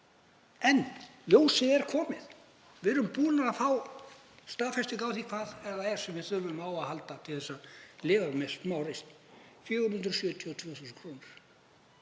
En ljósið er komið. Við erum búin að fá staðfestingu á því hvað það er sem við þurfum á að halda til að lifa með smáreisn: 472.000 kr.